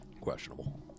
Questionable